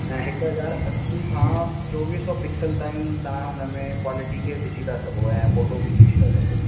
ऐं हिकु हज़ार असीं खां चोवीह सौ पिक्सल ताईं तव्हां उन में क्वालिटी खे ॾिसी था सघो ऐं फोटो बि खिची था सघो